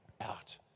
out